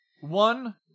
One